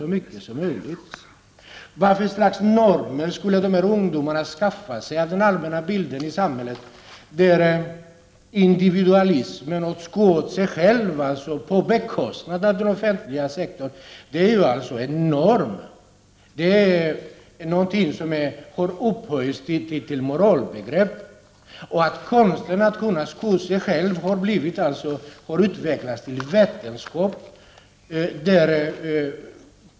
Vad för slags normer kan dessa ungdomar lära sig av den allmänna bilden i samhället med dess individualism? Det handlar alltså om att sko sig på bekostnad av den offentliga sektorn. Det har ju blivit en norm som upphöjts till att vara ett moralbegrepp. Konsten att sko sig har således utvecklats till en hel vetenskap.